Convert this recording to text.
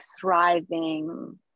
thriving